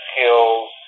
skills